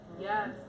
Yes